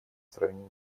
сравнению